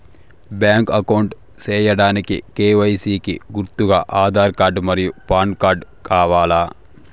Bank account సేయడానికి KYC కి గుర్తుగా ఆధార్ కార్డ్ మరియు పాన్ కార్డ్ కావాలా?